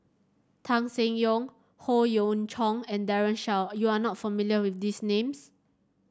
Tan Seng Yong Howe Yoon Chong and Daren Shiau you are not familiar with these names